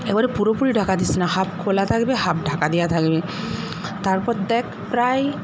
একেবারে পুরোপুরি ঢাকা দিস না হাফ খোলা থাকবে হাফ ঢাকা দেওয়া থাকবে তারপর দেখ প্রায়